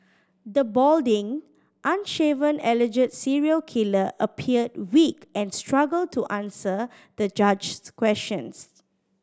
the balding unshaven alleged serial killer appeared weak and struggled to answer the judge's questions